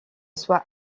soit